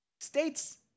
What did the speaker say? states